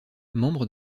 membre